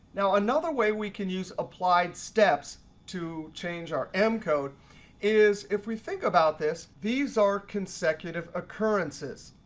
now another way we can use applied steps to change our m code is if we think about this, these are consecutive occurrences.